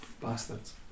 bastards